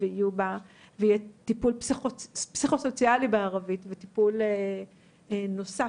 ויהיה טיפול פסיכוסוציאלי בערבית וטיפול נוסף,